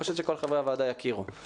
כדי שכל חברי הוועדה יכירו אותם.